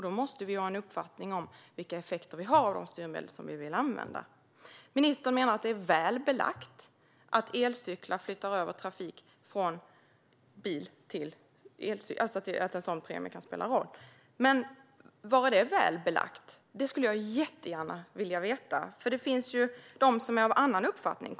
Då måste vi ha en uppfattning om vilka effekter vi får av de styrmedel vi vill använda. Ministern menar att det är väl belagt att elcyklar flyttar över trafik från bil och att en premie därför kan spela en roll. Men var är detta väl belagt? Det skulle jag jättegärna vilja veta. Det finns ju de som är av annan uppfattning.